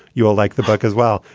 you will like the book as well.